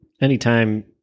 anytime